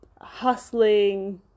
hustling